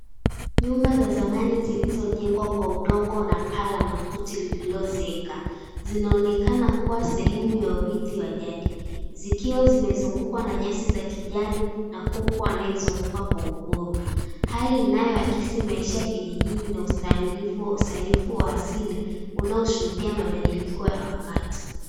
Nyumba za zamani zilizojengwa kwa udongo na paa la makuti lililozeeka, zinaonekana kuwa sehemu ya uridhi wa jadi. Zikiwa zimezungukwa na nyasi za kijani na kuku anayezunguka kwa uhuru. Hali inaoakisi maisha ya kijijini na ustaamilifu wa usanifu wa asili unaoshuhudia mabadiliko ya wakati.